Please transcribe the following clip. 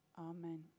Amen